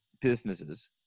businesses